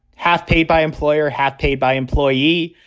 half paid by employer. half paid by employee.